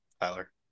Tyler